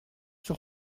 sur